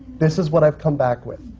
this is what i've come back with.